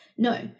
No